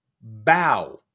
bow